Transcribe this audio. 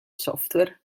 software